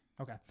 Okay